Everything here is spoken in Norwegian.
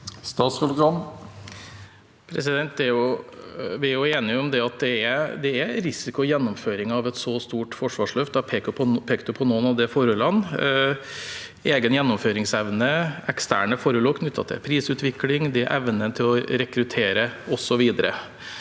Gram Vi er enige om at det er risiko ved gjennomføring av et så stort forsvarsløft. Jeg pekte på noen av de forholdene, som egen gjennomføringsevne, eksterne forhold knyttet til prisutvikling, evnen til å rekruttere, osv.